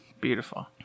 beautiful